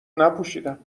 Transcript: نپوشیدم